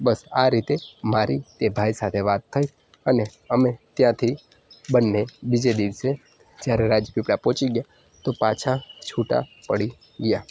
બસ આ રીતે મારી તે ભાઈ સાથે વાત થઈ અને અમે ત્યાંથી બંને બીજે દિવસે જ્યારે રાજપીપળા પહોંચી ગયા તો પાછા છુટ્ટા પડી ગયા